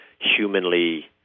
humanly